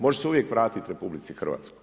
Može se uvijek vratiti RH.